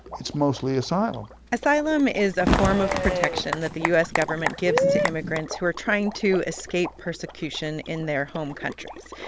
it's mostly asylum asylum is a form of protection that the u s. government gives to immigrants who are trying to escape persecution in their home countries.